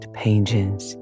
pages